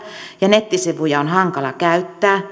ja nettisivuja on hankala käyttää